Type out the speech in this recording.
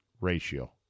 ratio